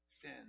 sin